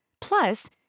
Plus